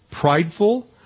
prideful